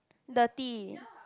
dirty